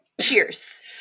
Cheers